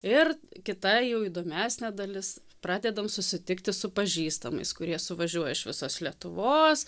ir kita jau įdomesnė dalis pradedam susitikti su pažįstamais kurie suvažiuoja iš visos lietuvos